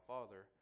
Father